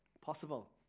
Possible